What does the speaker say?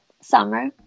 summer